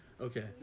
okay